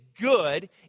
good